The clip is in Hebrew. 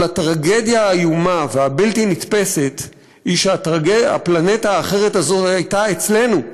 אבל הטרגדיה האיומה והבלתי נתפסת היא שהפלנטה האחרת הזאת הייתה אצלנו,